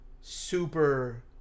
super